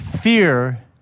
Fear